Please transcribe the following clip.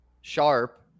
sharp